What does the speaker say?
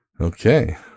Okay